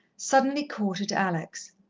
suddenly caught at alex.